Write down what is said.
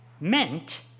meant